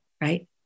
right